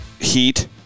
heat